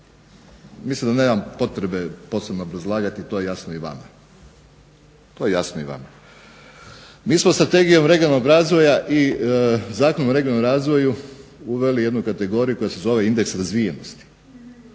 Mislim da nemam potrebe posebno obrazlagati to, jasno je i vama. To je jasno i vama. Mi smo Strategijom regionalnog razvoja i Zakon o regionalnom razvoju uveli jednu kategoriju koja se zove indeks razvijenosti